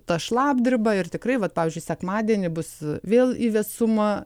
ta šlapdriba ir tikrai vat pavyzdžiui sekmadienį bus vėl į vėsumą